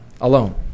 alone